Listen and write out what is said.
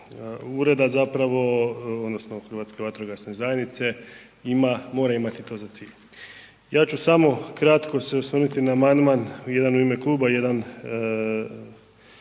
ureda odnosno Hrvatske vatrogasne zajednice, mora imati to za cilj. Ja ću samo kratko se osvrnuti na amandman jedan u ime kluba, jedan